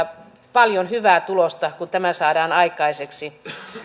paljon hyvää tulosta kun tämä saadaan aikaiseksi